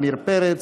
עמיר פרץ,